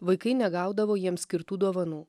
vaikai negaudavo jiems skirtų dovanų